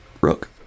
Rook